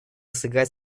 сыграть